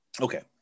Okay